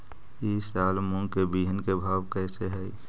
ई साल मूंग के बिहन के भाव कैसे हई?